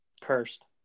Cursed